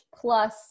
plus